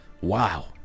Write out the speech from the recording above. Wow